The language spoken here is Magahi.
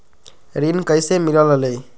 ऋण कईसे मिलल ले?